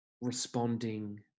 responding